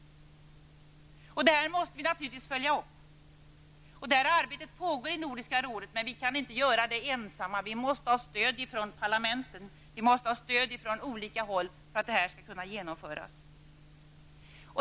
Detta måste vi naturligtvis följa upp. Det här arbetet pågår i Nordiska rådet, men vi kan inte göra det ensamma. Vi måste ha stöd från parlamenten, vi måste ha stöd från olika håll för att det här skall kunna genomföras.